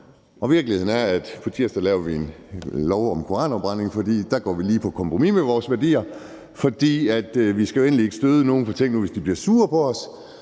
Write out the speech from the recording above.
Virkeligheden er, at på tirsdag laver vi en lov om koranafbrænding, og der går vi lige på kompromis med vores værdier, fordi vi jo endelig ikke skal støde nogen, for tænk nu, hvis de bliver sure på os.